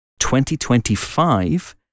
2025